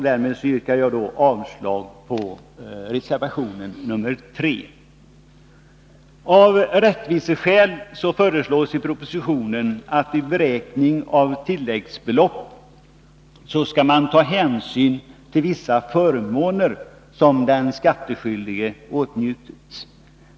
Därmed yrkar jag avslag på reservation 3. Av rättviseskäl föreslås i propositionen att vid beräkning av tilläggsbelopp skall hänsyn tas till vissa förmåner som en skattskyldig har åtnjutit.